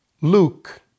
Luke